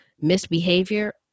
misbehavior